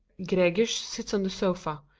gregers sits on the sofa,